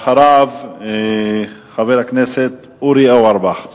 אחריו, חבר הכנסת אורי אורבך.